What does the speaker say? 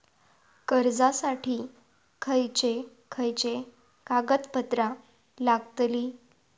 कर्जासाठी खयचे खयचे कागदपत्रा लागतली?